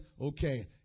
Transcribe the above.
okay